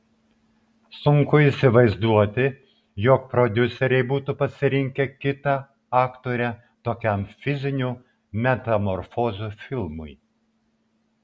sunku įsivaizduoti jog prodiuseriai būtų pasirinkę kitą aktorę tokiam fizinių metamorfozių filmui